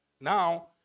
now